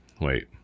Wait